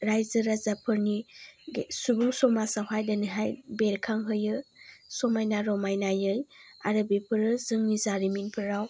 रायजो राजाफोरनि बे सुबुं समाजावहाय दिनैहाय बेरखांहोयो समायना रमायनायै आरो बेफोरो जोंनि जारिमिनफोराव